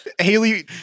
Haley